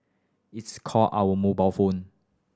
it's call our mobile phone